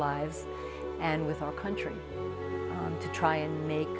lives and with our country to try and make